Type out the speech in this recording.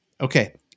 Okay